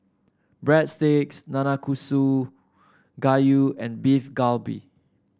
Breadsticks Nanakusa Gayu and Beef Galbi